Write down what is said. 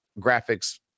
graphics